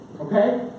Okay